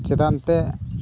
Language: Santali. ᱪᱮᱛᱟᱱ ᱛᱮ